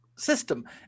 system